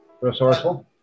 Resourceful